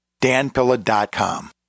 danpilla.com